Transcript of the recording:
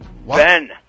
Ben